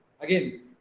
Again